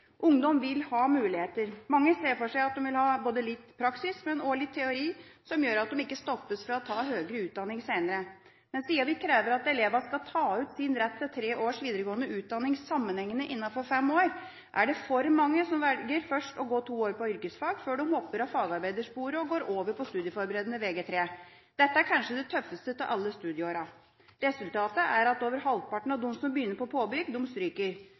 Ungdom vil ha muligheter. Mange ser for seg at de vil ha litt praksis, men også litt teori som gjør at de ikke stoppes fra å ta høyere utdanning senere. Men siden vi krever at elevene skal ta ut sin rett til tre års videregående utdanning sammenhengende innenfor fem år, er det for mange som velger først å gå to år på yrkesfag før de hopper av fagarbeidersporet og går over på studieforberedende Vg3. Dette er kanskje det tøffeste av alle studieårene. Resultatet er at over halvparten av dem som begynner på påbygg, stryker.